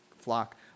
flock